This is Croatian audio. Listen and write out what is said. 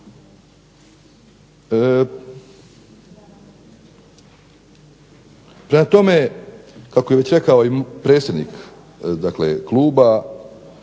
Prema tome, kako je već rekao predsjednik Kluba,